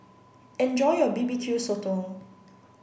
enjoy your B B Q Sotong